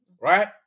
Right